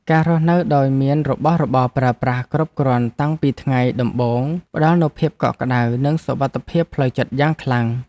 ការរស់នៅដោយមានរបស់របរប្រើប្រាស់គ្រប់គ្រាន់តាំងពីថ្ងៃដំបូងផ្ដល់នូវភាពកក់ក្ដៅនិងសុវត្ថិភាពផ្លូវចិត្តយ៉ាងខ្លាំង។